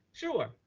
sure.